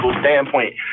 standpoint